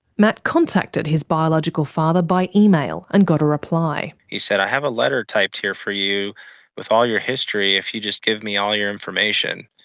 matt contacted his biological father by email, and got a reply. he said, i have a letter typed here for you with all your history if you just give me all your information.